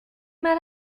mal